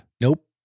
nope